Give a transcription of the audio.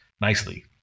nicely